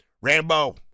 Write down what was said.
Rambo